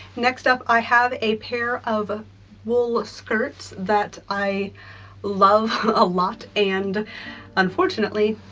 next up, i have a pair of ah wool skirts that i love a lot, and unfortunately,